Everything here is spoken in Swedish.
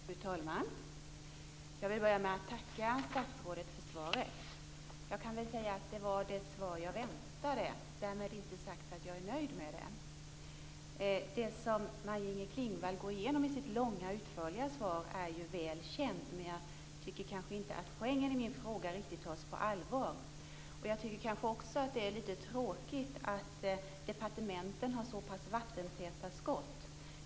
Fru talman! Jag vill börja med att tacka statsrådet för svaret. Jag kan väl säga att det var det svar jag väntade. Därmed inte sagt att jag är nöjd med det. Det som Maj-Inger Klingvall går igenom i sitt långa, utförliga svar är ju väl känt, men jag tycker kanske inte att poängen i min fråga riktigt tas på allvar. Jag tycker kanske också att det är lite tråkigt att departementen har såpass vattentäta skott.